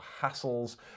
hassles